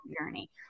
journey